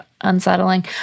Unsettling